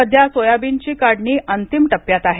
सध्या सोयाबीनची काढणी अंतिम टप्प्यात आहे